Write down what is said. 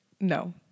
no